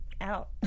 out